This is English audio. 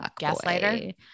gaslighter